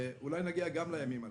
שאולי נגיע גם לימים הללו.